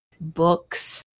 books